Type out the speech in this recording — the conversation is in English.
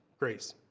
grace.